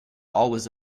always